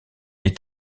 est